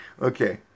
Okay